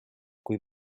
kui